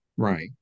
Right